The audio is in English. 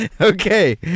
Okay